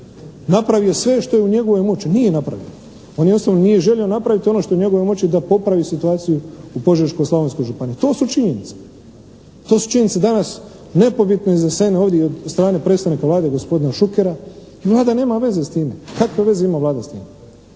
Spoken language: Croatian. napravio sve što je u njegovoj moći. Nije napravio. On jednostavno nije želio napraviti ono što je u njegovoj moći da popravi situaciju u Požeško-Slavonskoj županiji. To su činjenice. To su činjenice, danas nepobitno iznesene ovdje i od strane predstavnika Vlade gospodina Šukera i Vlada nema veze s time. Kakve veze ima Vlada s time?